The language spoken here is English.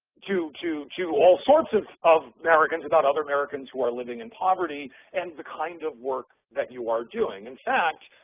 to to all sorts of of americans about other americans who are living in poverty and the kinds of work that you are doing. in fact,